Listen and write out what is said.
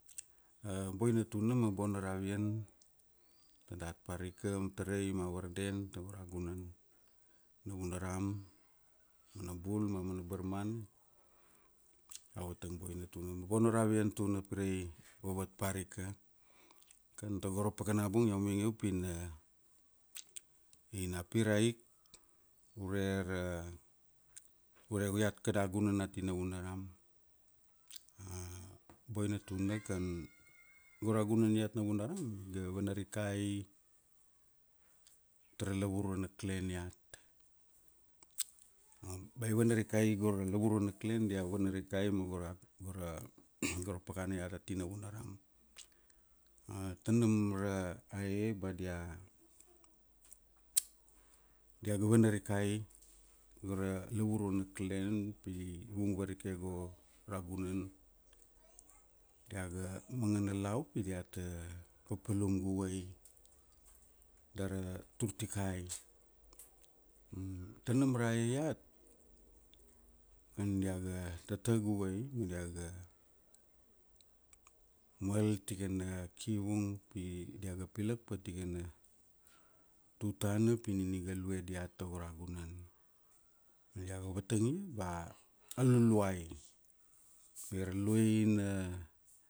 A boina tuna ma bona ravian, tadat parika, tarai ma varden tago ra gunan Navunaram. Mana bul ma mana barmana, iau vatang boina tuna, ma bona ravian tuna pirai vavat parika. Kan tago ra pakana bung iau mainge upi na, ina pir aik, ure ra, ure iat kada gunan ati Navunaram. Boina tuna kan, go ra gunan iat Navunaram, iga vanarikai tara lavurua na clan iat. Ba i vana rikai go ra lavurua na clan, dia vana riai ma gora, gora gora pakana iat ati Navunaram. Tanam ra e ba dia, dia ga vana rikai, go ra lavurua na clan pi, vung varike go ra gunan. Diaga mangana la upi diata, papalum guai, dar ra turtikai. Tanam ra e iat, kan diaga, tata guai, pi diaga, mal tikana kivung pi diaga pilak pa tikana, tutana pi nina iga lue diat tago ra gunan. Ma iau vatang ia ba, a Luluai. Ia ra luaina